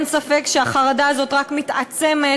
אין ספק שהחרדה הזאת רק מתעצמת,